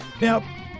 Now